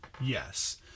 Yes